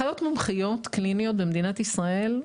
אחיות מומחיות קליניות במדינת ישראל,